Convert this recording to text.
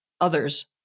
others